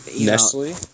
Nestle